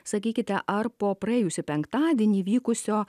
sakykite ar po praėjusį penktadienį vykusio